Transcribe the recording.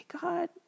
God